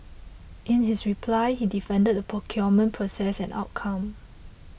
in his reply he defended the procurement process and outcome